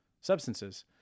substances